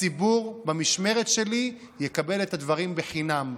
הציבור במשמרת שלי יקבל את הדברים בחינם.